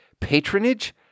patronage